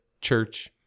church